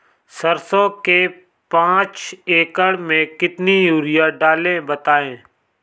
सरसो के पाँच एकड़ में कितनी यूरिया डालें बताएं?